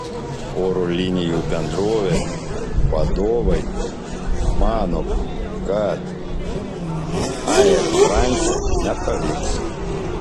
oro linijų bendrovė vadovai mano kad air france nepavyks